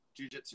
Jujitsu